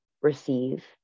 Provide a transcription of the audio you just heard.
receive